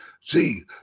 See